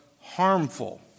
harmful